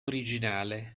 originale